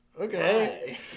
okay